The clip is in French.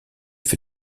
fait